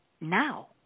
now